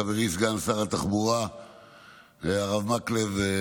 חברי סגן שר התחבורה הרב מקלב,